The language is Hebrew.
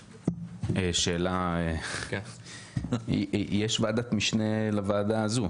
שאלה, יש ועדת משנה לוועדה הזו,